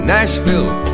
Nashville